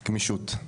גמישות.